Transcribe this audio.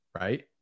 right